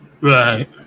Right